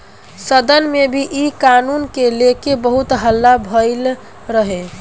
सदन में भी इ कानून के लेके बहुत हल्ला भईल रहे